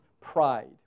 pride